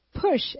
Push